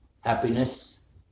happiness